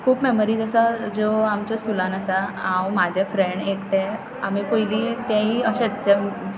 खूप मॅमरीज आसा ज्यो आमच्या स्कुलान आसा हांव म्हाजें फ्रॅण एकटें आमी पयलीं तेंय अशेंत जें